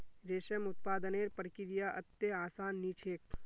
रेशम उत्पादनेर प्रक्रिया अत्ते आसान नी छेक